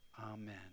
Amen